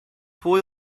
pwy